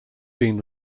been